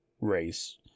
race